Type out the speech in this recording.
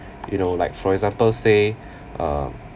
you know like for example say uh